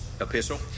epistle